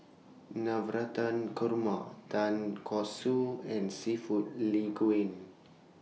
Navratan Koruma Tonkatsu and Seafood Linguine